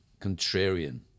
contrarian